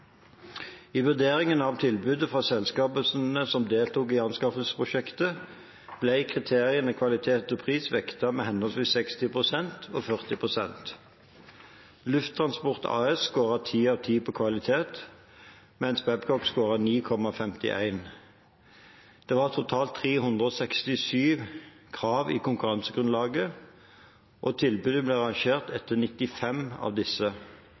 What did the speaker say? I vurderingen av tilbudene fra selskapene som deltok i anskaffelsesprosjektet, ble kriteriene kvalitet og pris vektet med henholdsvis 60 pst. og 40 pst. Lufttransport AS skåret 10 av 10 på kvalitet, mens Babcock skåret 9,51. Det var totalt 367 krav i konkurransegrunnlaget, og tilbudene ble rangert etter 95 av disse.